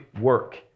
work